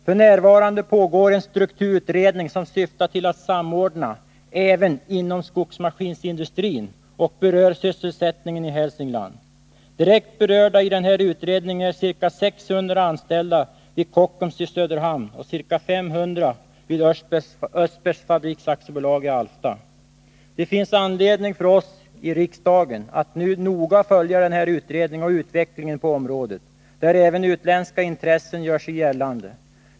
F.n. pågår en strukturutredning som syftar till en samordning även inom skogsmaskinindustrin och berör sysselsättningen i Hälsingland. Direkt berörda i den här utredningen är ca 600 anställda vid Kockums i Söderhamn och ca 500 vid Östbergs Fabriks AB i Alfta. Det finns anledning för oss i riksdagen att nu noga följa den här utredningen och utvecklingen på området, där även utländska intressen gör sig gällande.